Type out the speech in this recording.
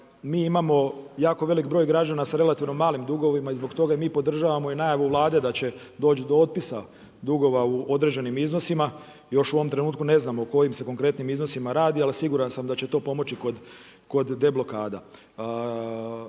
mi imao jako velik broj građana s relativnom malim dugovima i zbog toga mi podržavamo i najavu Vlade da će doći do otpisa dugova u određenim iznosima, još u ovom trenutku ne znamo koji se konkretno iznosima radi, ali siguran sam da će to pomoći kod deblokada.